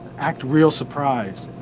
act real surprised.